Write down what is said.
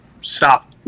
stop